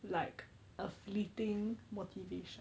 like a fleeting motivation